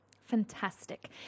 Fantastic